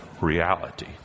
reality